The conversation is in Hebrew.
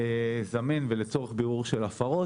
לזמן לצורך בירור של הפרות